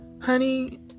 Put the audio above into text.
honey